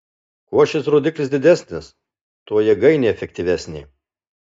kuo šis rodiklis didesnis tuo jėgainė efektyvesnė